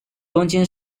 东京